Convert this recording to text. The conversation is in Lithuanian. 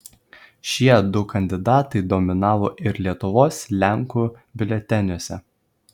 šie du kandidatai dominavo ir lietuvos lenkų biuleteniuose